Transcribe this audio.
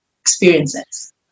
experiences